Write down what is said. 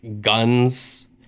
guns